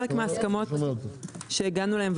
חלק מההסכמות שהגענו אליהן,